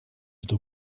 эту